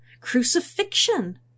Crucifixion